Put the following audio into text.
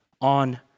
on